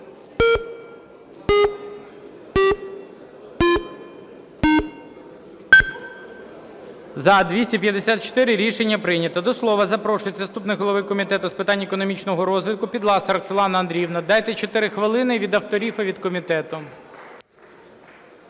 За-254 Рішення прийнято. До слова запрошується заступник голови комітету з питань економічного розвитку Підласа Роксолана Андріївна. Дайте 4 хвилини і від авторів, і від комітету.